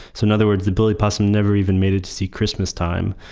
so in other words, the billy possum never even made it to see christmas time.